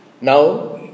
Now